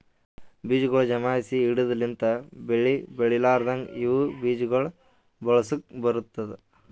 ಬೀಜಗೊಳ್ ಜಮಾಯಿಸಿ ಇಡದ್ ಲಿಂತ್ ಬೆಳಿ ಬೆಳಿಲಾರ್ದಾಗ ಇವು ಬೀಜ ಗೊಳ್ ಬಳಸುಕ್ ಬರ್ತ್ತುದ